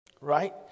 right